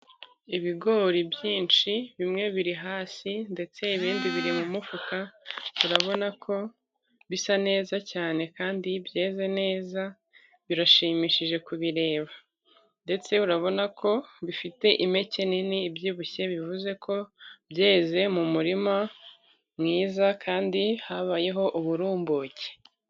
Ibigori byinshi bimwe biri hasi ndetse ibindi biri mu mufuka, turabonako bisa neza cyane kandi byeze neza birashimishije kubireba, ndetse urabonako bifite impeke nini zibyibushye bivuzeko byeze mu murima mwiza, kandi habayeho uburumbuke.